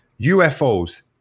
UFOs